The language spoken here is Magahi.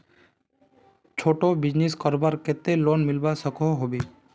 छोटो बिजनेस करवार केते लोन मिलवा सकोहो होबे?